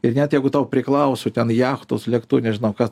ir net jeigu tau priklauso ten jachtos lėktuvai nežinau kas